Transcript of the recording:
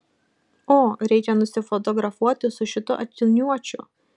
o reikia nusifotografuoti su šituo akiniuočiu